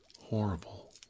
horrible